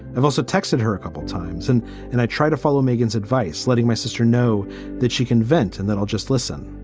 i've also texted her a couple times and and i try to follow megan's advice, letting my sister know that she can vent and then i'll just listen.